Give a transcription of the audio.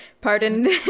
pardon